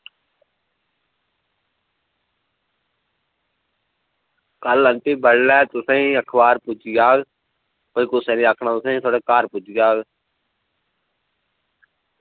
कल्ल पंत जी तुसेंगी बडलै अखबार पुज्जी जाह्ग पर कुसै दे आक्खनै र केह् तुसेंगी कल्ल घर पुज्जी जाह्ग